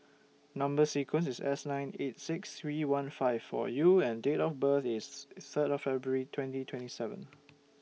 Number sequence IS S nine eight six three one five four U and Date of birth IS Third of February twenty twenty seven